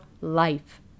life